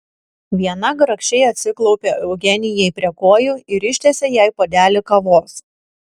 viena grakščiai atsiklaupė eugenijai prie kojų ir ištiesė jai puodelį kavos